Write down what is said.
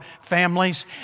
families